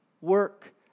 work